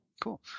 Cool